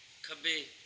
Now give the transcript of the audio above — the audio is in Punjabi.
ਖੱਬੇ